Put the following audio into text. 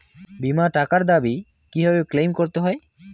বিমার টাকার দাবি কিভাবে ক্লেইম করতে হয়?